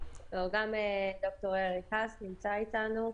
גם ד"ר אריק האס נמצא איתנו.